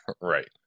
right